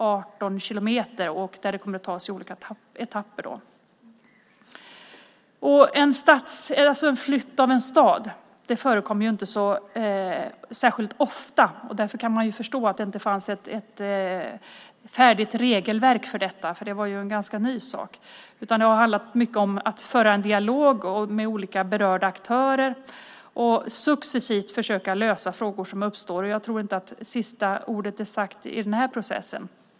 Det kommer att tas i olika etapper. Flytt av en stad förekommer inte så särskilt ofta. Därför kan man förstå att det inte fanns ett färdigt regelverk för detta, det var en ganska ny sak. Det har handlat mycket om att föra en dialog med olika berörda aktörer och successivt försöka lösa frågor som uppstår. Jag tror inte att sista ordet är sagt i den här processen.